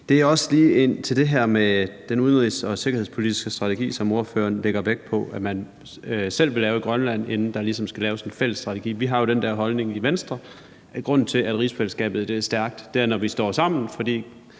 her er også til det med den udenrigs- og sikkerhedspolitiske strategi, som ordføreren lægger vægt på at man selv vil lave i Grønland, inden der ligesom skal laves en fælles strategi. Vi har jo den holdning i Venstre, at grunden til, at rigsfællesskabet er stærkt, er, at vi står sammen. Vi